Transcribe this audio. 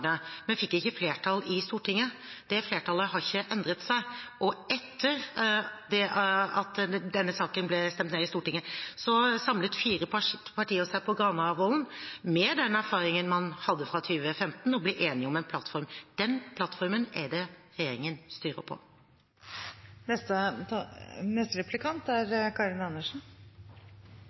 men den fikk ikke flertall i Stortinget. Det flertallet har ikke endret seg, og etter at denne saken ble nedstemt i Stortinget, samlet fire partier seg på Granavolden med den erfaringen man hadde fra 2015, og ble enige om en plattform. Den plattformen er det regjeringen styrer på. Asyl- og flyktningpolitikken handler jo om forhold på en måte utenfor vår kontroll og er